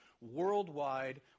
worldwide